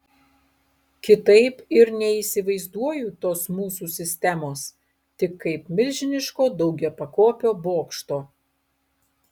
kitaip ir neįsivaizduoju tos mūsų sistemos tik kaip milžiniško daugiapakopio bokšto